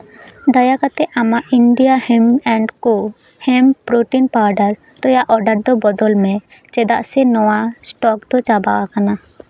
ᱫᱟᱭᱟ ᱠᱟᱛᱮᱫ ᱟᱢᱟᱜ India hemp and co hemp protein powder ᱨᱮᱭᱟᱜ ᱚᱰᱟᱨ ᱵᱚᱫᱚᱞ ᱢᱮ ᱪᱮᱫᱟᱜ ᱥᱮ ᱱᱚᱣᱟ ᱥᱴᱚᱠ ᱫᱚ ᱪᱟᱵᱟ ᱟᱠᱟᱱᱟ